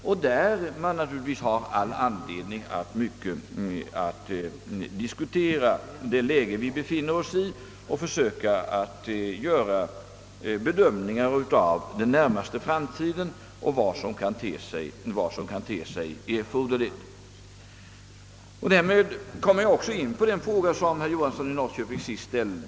I denna beredning har man anledning att diskutera det nuvarande läget och försöka att göra bedömningar av den närmaste framtiden och av vad som då kan te sig erforderligt. Därmed kommer jag också in på den fråga, som herr Johansson i Norrköping här sist ställde.